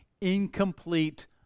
incomplete